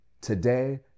Today